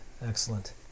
Excellent